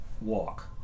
Walk